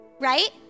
Right